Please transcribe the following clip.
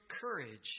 courage